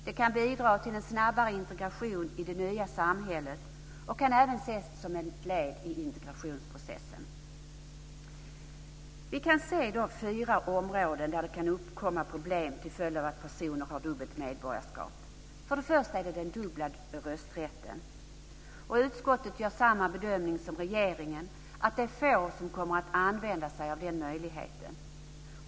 Det kan bidra till snabbare integrering i det nya samhället och kan även ses som ett led i integrationsprocessen. Vi kan se fyra områden där det kan uppkomma problem till följd av att personer har dubbelt medborgarskap. Det första området gäller den dubbla rösträtten. Utskottet gör samma bedömning som regeringen, att det är få som kommer att använda sig av den möjligheten.